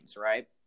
right